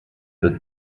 wird